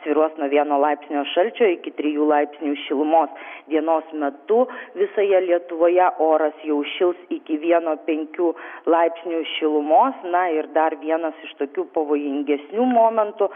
svyruos nuo vieno laipsnio šalčio iki trijų laipsnių šilumos dienos metu visoje lietuvoje oras jau šils iki vieno penkių laipsnių šilumos na ir dar vienas iš tokių pavojingesnių momentų